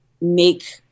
make